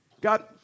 God